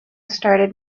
started